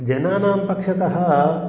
जनानां पक्षतः